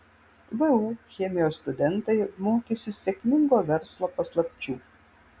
vu chemijos studentai mokysis sėkmingo verslo paslapčių